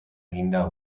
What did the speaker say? eginda